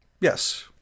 Yes